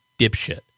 dipshit